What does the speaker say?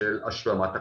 של השלמת הכנסה.